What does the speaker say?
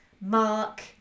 Mark